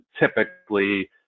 typically